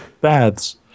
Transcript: baths